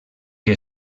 que